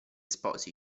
sposi